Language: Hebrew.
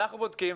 אנחנו בודקים,